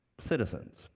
citizens